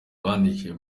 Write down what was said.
bakandida